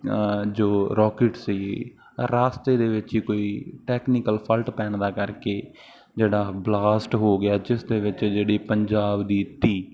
ਜੋ ਰੋਕੇਟ ਸੀ ਰਸਤੇ ਦੇ ਵਿੱਚ ਹੀ ਕੋਈ ਟੈਕਨੀਕਲ ਫਲਟ ਪੈਣ ਦਾ ਕਰਕੇ ਜਿਹੜਾ ਬਲਾਸਟ ਹੋ ਗਿਆ ਜਿਸ ਦੇ ਵਿੱਚ ਜਿਹੜੀ ਪੰਜਾਬ ਦੀ ਧੀ